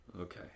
Okay